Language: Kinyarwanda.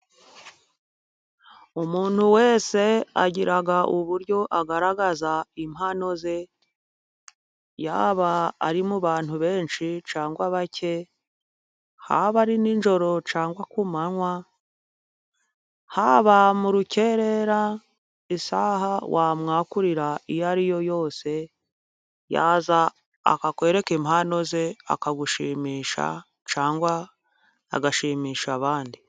Umuntu wese agira uburyo agaragaza impano ze yaba ari mu bantu benshi cyangwa bake, haba ari n'ijoro cyangwa ku manywa, haba mu rukerera isaha wamwakurira iyo ari yo yose yaza akakwereka impano ze akagushimisha cyangwa agashimisha abandi.